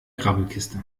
grabbelkiste